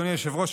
אדוני היושב-ראש,